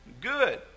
good